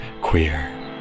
queer